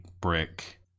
Brick